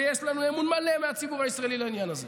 ויש לנו אמון מלא מהציבור הישראלי לעניין הזה,